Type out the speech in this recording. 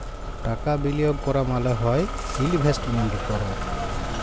টাকা বিলিয়গ ক্যরা মালে হ্যয় ইলভেস্টমেল্ট ক্যরা